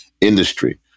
industry